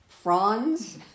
fronds